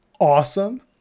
Awesome